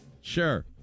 Sure